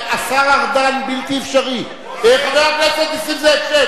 השר ארדן, בלתי אפשרי, חבר הכנסת נסים זאב, שב.